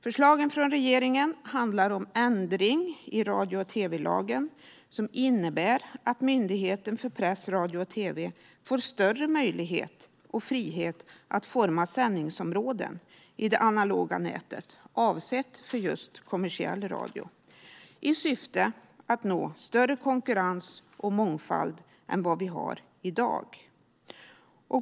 Förslagen från regeringen handlar om en ändring i radio och tv-lagen, som innebär att Myndigheten för press, radio och tv får större möjlighet och frihet att forma sändningsområden i det analoga nätet avsedda för just kommersiell radio, i syfte att nå större konkurrens och mångfald än vi har i dag.